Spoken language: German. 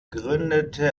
gründete